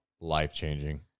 Life-changing